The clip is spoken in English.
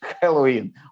halloween